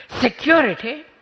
Security